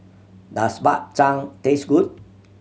does Bak Chang taste good